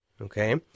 Okay